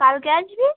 কালকে আসবি